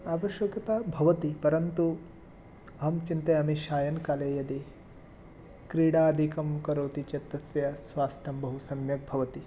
आवश्यकता भवति परन्तु अहं चिन्तयामि सायङ्काले यदि क्रीडादिकं करोति चेत् तस्य स्वास्थ्यं बहु सम्यक् भवति